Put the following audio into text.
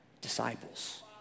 disciples